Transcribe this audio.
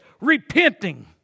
repenting